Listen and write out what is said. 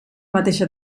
mateixa